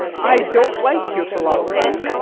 i don't like your philosophy.